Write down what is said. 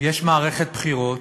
יש מערכת בחירות,